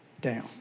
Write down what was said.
down